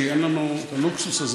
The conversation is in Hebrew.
כי אין לנו את הלוקסוס הזה,